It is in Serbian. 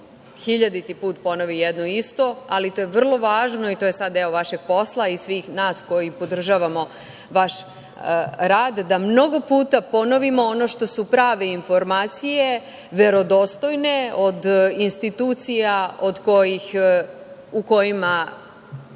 hiljaditi put ponovi jedno isto, ali to je vrlo važno i to je sada deo vašeg posla i svih nas koji podržavamo vaš rad, da mnogo puta ponovimo ono što su prave informacije, verodostojne, od institucija u kojima